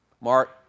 Mark